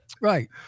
Right